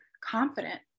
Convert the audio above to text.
confident